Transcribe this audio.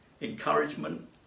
encouragement